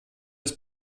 des